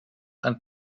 and